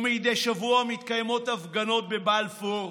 מדי שבוע מתקיימות הפגנות בבלפור,